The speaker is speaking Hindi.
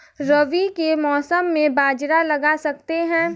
रवि के मौसम में बाजरा लगा सकते हैं?